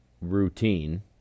routine